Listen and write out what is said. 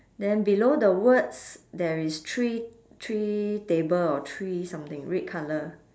then below the words there is three three table or three something red colour